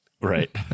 Right